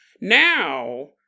Now